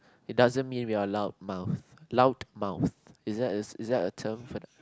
it doesn't mean we are loud mouth loud mouth is that is that a term